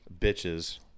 bitches